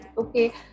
okay